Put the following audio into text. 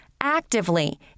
actively